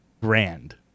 grand